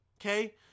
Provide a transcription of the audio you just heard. Okay